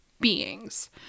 beings